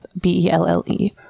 B-E-L-L-E